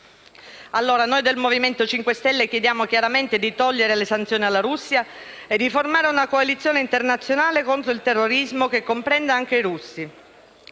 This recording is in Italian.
Noi del Movimento 5 Stelle chiediamo allora di togliere le sanzioni alla Russia e di formare una coalizione internazionale contro il terrorismo che comprenda anche i russi.